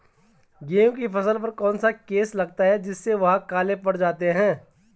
गेहूँ की फसल पर कौन सा केस लगता है जिससे वह काले पड़ जाते हैं?